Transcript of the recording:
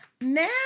now